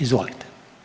Izvolite.